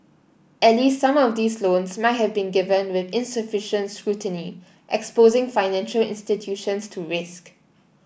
at least some of these loans might have been given with insufficient scrutiny exposing financial institutions to risk